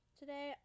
today